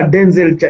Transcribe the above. Denzel